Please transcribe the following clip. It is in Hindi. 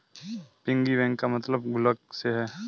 पिगी बैंक का मतलब गुल्लक से है